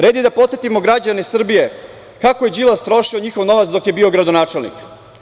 Red je da podsetimo građane Srbije kako je Đilas trošio njihov novac dok je bio gradonačelnik.